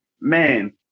man